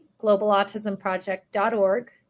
globalautismproject.org